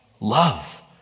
love